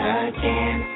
again